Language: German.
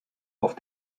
auf